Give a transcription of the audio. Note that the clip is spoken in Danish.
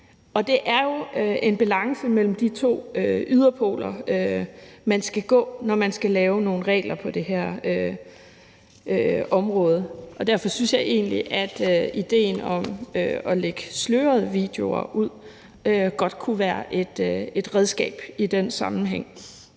Det er jo en balance mellem de to yderpoler, man skal gå, når man skal lave nogle regler på det her område, og derfor synes jeg egentlig, at idéen om at lægge slørede videoer ud godt kunne være et redskab i den sammenhæng.